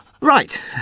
Right